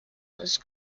his